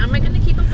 um i going to keep